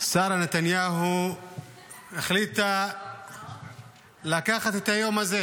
שרה נתניהו החליטה לקחת את היום הזה,